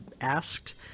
asked